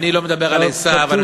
אני לא מדבר על עשו, כך כתוב.